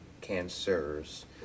cancers